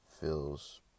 feels